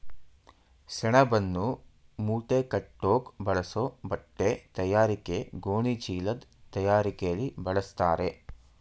ಸೆಣಬನ್ನು ಮೂಟೆಕಟ್ಟೋಕ್ ಬಳಸೋ ಬಟ್ಟೆತಯಾರಿಕೆ ಗೋಣಿಚೀಲದ್ ತಯಾರಿಕೆಲಿ ಬಳಸ್ತಾರೆ